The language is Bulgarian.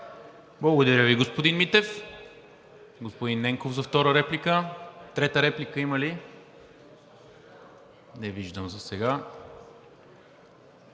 Благодаря Ви, господин Митев. Господин Ненков за втора реплика. Трета реплика има ли? Не виждам засега.